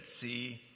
see